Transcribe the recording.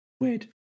Wait